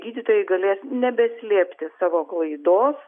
gydytojai galės nebeslėpti savo klaidos